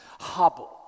Hobble